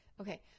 okay